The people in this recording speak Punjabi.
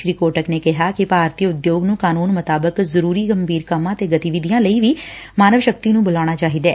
ਸ੍ਰੀ ਕੋਟਕ ਨੇ ਕਿਹਾ ਕਿ ਭਾਰਤੀ ਉਦਯੋਗ ਕਾਨੰਨ ਮੁਤਾਬਿਕ ਜ਼ਰੁਰੀ ਗੰਭੀਰ ਕੰਮਾ ਤੇ ਗਤੀਵਿਧੀਆਂ ਲਈ ਹੀ ਮਾਨਵ ਸ਼ਕਤੀ ਨੂੰ ਬੁਲਾਉਣਾ ਚਾਹੀਦੈ